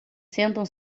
sentam